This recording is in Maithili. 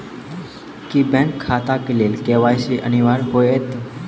की बैंक खाता केँ लेल के.वाई.सी अनिवार्य होइ हएत?